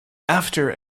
after